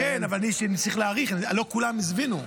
אבל אני צריך להאריך, לא כולם הבינו.